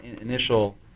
initial